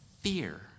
fear